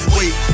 Wait